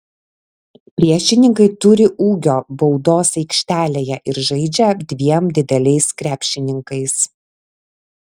priešininkai turi ūgio baudos aikštelėje ir žaidžia dviem dideliais krepšininkais